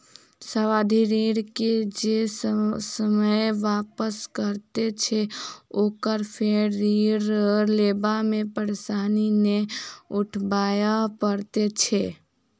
सावधि ऋण के जे ससमय वापस करैत छै, ओकरा फेर ऋण लेबा मे परेशानी नै उठाबय पड़ैत छै